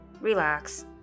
relax